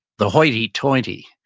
the hoity toity,